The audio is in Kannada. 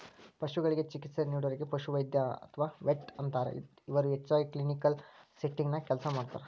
ಪಶುಗಳಿಗೆ ಚಿಕಿತ್ಸೆ ನೇಡೋರಿಗೆ ಪಶುವೈದ್ಯ ಅತ್ವಾ ವೆಟ್ ಅಂತಾರ, ಇವರು ಹೆಚ್ಚಾಗಿ ಕ್ಲಿನಿಕಲ್ ಸೆಟ್ಟಿಂಗ್ ನ್ಯಾಗ ಕೆಲಸ ಮಾಡ್ತಾರ